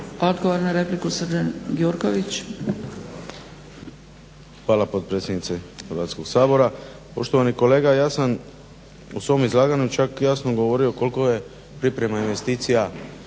Odgovor na repliku Branko Bačić.